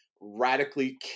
radically